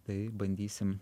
tai bandysim